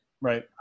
Right